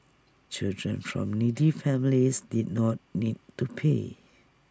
children from needy families did not need to pay